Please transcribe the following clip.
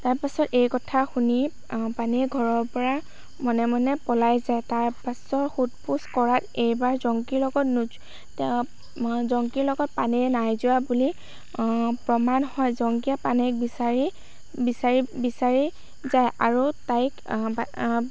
তাৰপাছত এই কথা শুনি পানেই ঘৰৰ পৰা মনে মনে পলাই যায় তাৰপাছত সোধ পোছ কৰাত এইবাৰ জংকীৰ লগত জংকীৰ লগত পানেই নাই যোৱা বুলি প্ৰমাণ হয় জংকীয়ে পানেইক বিচাৰি বিচাৰি বিচাৰি যায় আৰু তাইক